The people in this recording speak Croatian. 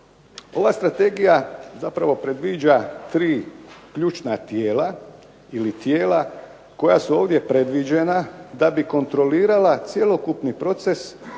ova strategija zapravo predviđa 3 ključna tijela ili tijela koja su ovdje predviđena da bi kontrolirala cjelokupni proces